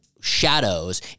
shadows